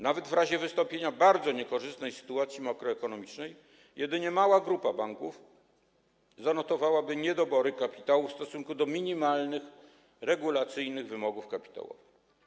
Nawet w razie wystąpienia bardzo niekorzystnej sytuacji makroekonomicznej jedynie mała grupa banków zanotowałaby niedobory kapitału w stosunku do minimalnych regulacyjnych wymogów kapitałowych.